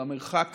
המרחק